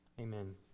Amen